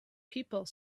people